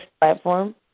platform